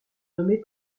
nommées